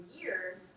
years